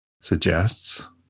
suggests